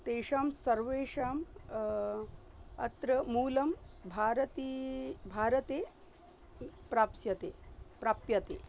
तेषां सर्वेषाम् अत्र मूलं भारती भारते प्राप्स्यते प्राप्यते